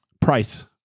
price